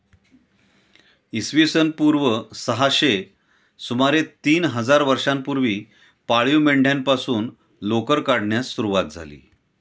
इसवी सन पूर्व सहाशे सुमारे तीन हजार वर्षांपूर्वी पाळीव मेंढ्यांपासून लोकर काढण्यास सुरवात झाली